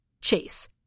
Chase